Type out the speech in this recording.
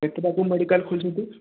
କେତେଟାକୁ medical ଖୋଲୁଛନ୍ତି